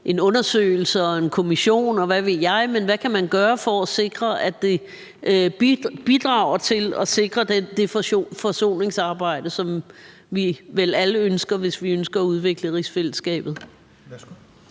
en undersøgelse og en kommission, og hvad ved jeg, men hvad kan man gøre for, at det bidrager til at sikre det forsoningsarbejde, som vi vel alle ønsker, hvis vi ønsker at udvikle rigsfællesskabet?